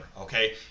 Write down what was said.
okay